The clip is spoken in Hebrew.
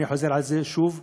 אני חוזר על זה שוב ושוב.